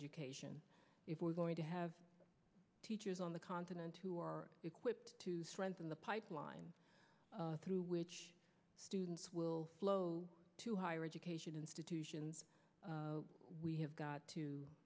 education if we're going to have teachers on the continent who are equipped to strengthen the pipeline through which students will flow to higher education institutions we have got to